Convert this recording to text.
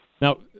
Now